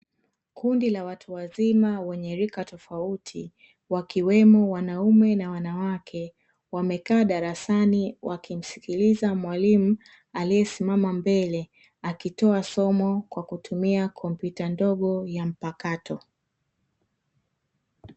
Kundi la watu wazima wenye rika tofauti, wakiwemo wanaume na wanawake, wamekaa darasani wakimsikiliza mwalimu aliyesimama mbele akitoa somo kwa kutumia kompyuta ndogo ya mpakato.